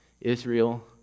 Israel